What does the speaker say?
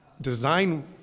design